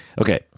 Okay